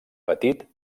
petit